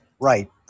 Right